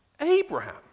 Abraham